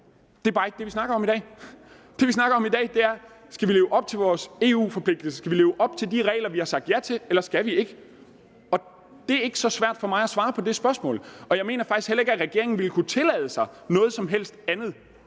det er bare ikke det, vi snakker om i dag. Det, vi snakker om i dag, er: Skal vi leve op til vores EU-forpligtelser? Skal vi leve op til de regler, som vi har sagt ja til, eller skal vi ikke? Det er ikke så svært for mig at svare på det spørgsmål, og jeg mener faktisk heller ikke, at regeringen ville kunne tillade sig noget som helst andet